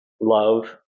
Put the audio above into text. love